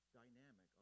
dynamic